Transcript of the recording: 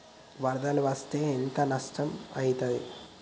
వరదలు వస్తే ఎంత నష్టం ఐతది?